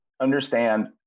Understand